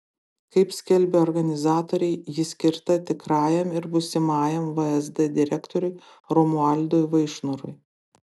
kaip skelbia organizatoriai ji skirta tikrajam ir būsimajam vsd direktoriui romualdui vaišnorui